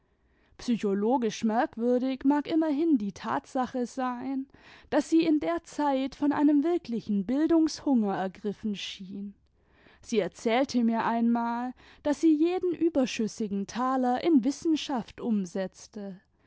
psychologisch merkwürdig mag immerhin die tatsache sein daß sie in der zeit von einem wirklichen bildungshunger ergriffen schien sie erzählte mir einmal daß sie jeden überschüssigen taler in wissenschaft umsetzte